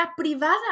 privada